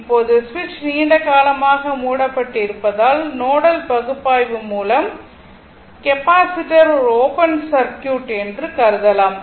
இப்போது சுவிட்ச் நீண்ட காலமாக மூடப்பட்டிருப்பதால் நோடல் பகுப்பாய்வு மூலம் கெப்பாசிட்டர் ஒரு ஓப்பன் சர்க்யூட் என்று கருதலாம்